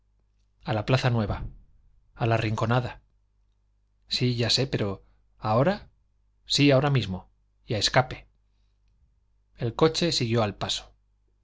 a la plaza nueva a la rinconada sí ya sé pero ahora sí ahora mismo y a escape el coche siguió al paso